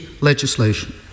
legislation